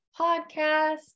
podcast